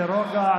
ברוגע,